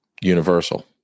Universal